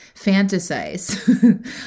fantasize